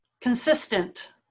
consistent